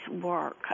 work